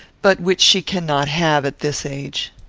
but which she cannot have at this age.